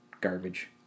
garbage